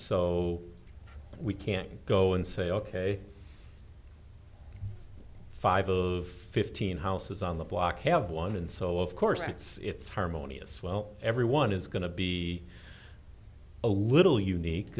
so we can go and say ok five of fifteen houses on the block have one and so of course it's harmonious well everyone is going to be a little unique